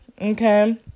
okay